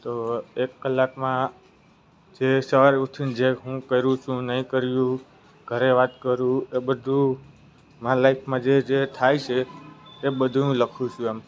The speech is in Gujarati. તો એક કલાકમાં જે સવારે ઉઠીને જે હું કરું છું નહીં કર્યું ઘરે વાત કરું એ બધું મારે લાઈફમાં જે જે થાય છે એ બધું હું લખું છું એમ